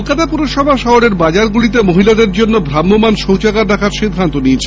কলকাতা পুরসভা শহরের বাজারগুলিতে মহিলাদের জন্য ভ্রাম্যমান শৌচাগার রাখার সিদ্ধান্ত নিয়েছে